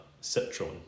Citron